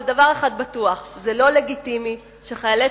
אבל דבר אחד בטוח: זה לא לגיטימי שחיילי